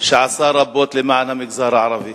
שעשה רבות למען המגזר הערבי,